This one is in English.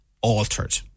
altered